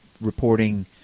reporting